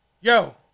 yo